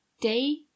day